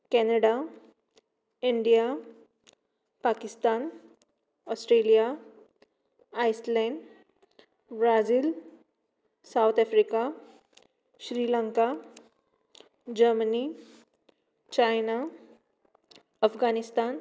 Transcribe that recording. Canada India Pakistan Australia आयसलैंड Brazil south Africa Sri Lanka Germany China Afghanistan